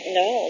no